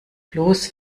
bloß